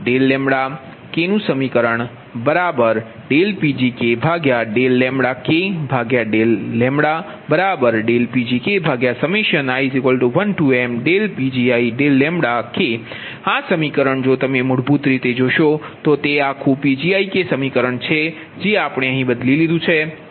અને ∆λK∆Pg∂fλK ∂λ∆Pgi1mPgi∂λ આ સમીકરણ જો તમે મૂળભૂત રીતે જોશો તો તે આખું Pgiસમીકરણ છે જે આપણે અહીં બદલી લીધું છે